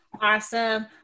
Awesome